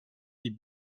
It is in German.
die